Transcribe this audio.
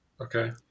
Okay